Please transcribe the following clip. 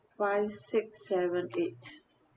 five six seven eight